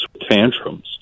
tantrums